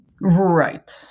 Right